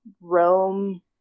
Rome